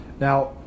Now